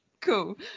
cool